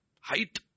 Height